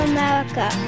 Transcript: America